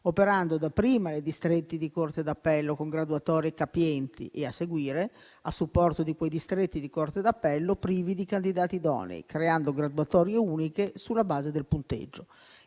operando dapprima nei distretti di corte d'appello con graduatorie capienti e, a seguire, a supporto di quei distretti di corte d'appello privi di candidati idonei, creando graduatorie uniche sulla base del punteggio.